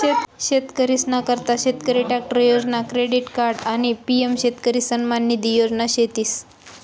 शेतकरीसना करता शेतकरी ट्रॅक्टर योजना, क्रेडिट कार्ड आणि पी.एम शेतकरी सन्मान निधी योजना शेतीस